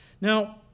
now